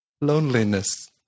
Loneliness